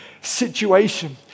situation